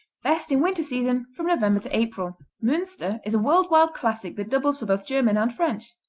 best in winter season, from november to april. munster is a world-wide classic that doubles for both german and french.